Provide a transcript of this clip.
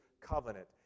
covenant